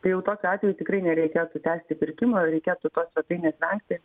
tai jau tokiu atveju tikrai nereikėtų tęsti pirkimo ir reikėtų tos svetainės vengti